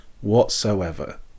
whatsoever